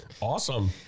Awesome